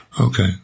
Okay